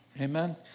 Amen